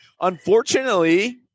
Unfortunately